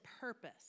purpose